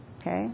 okay